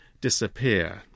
disappear